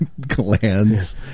glands